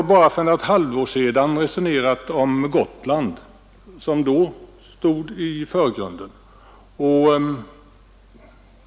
Bara för något halvår sedan resonerade vi om Gotland, som då stod i förgrunden.